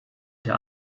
der